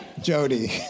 Jody